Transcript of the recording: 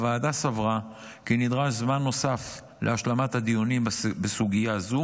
הוועדה סברה כי נדרש זמן נוסף להשלמת הדיונים בסוגיה הזו